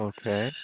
Okay